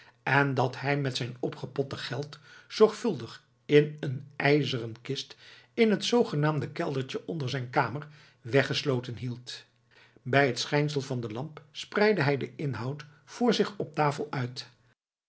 en dat hij met zijn opgepotte geld zorgvuldig in een kleine ijzeren kist in het zoogenaamde keldertje onder zijn kamer weggesloten hield bij het schijnsel van de lamp spreidde hij den inhoud voor zich op tafel uit